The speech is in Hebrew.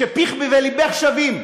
שפיך ולבך שווים,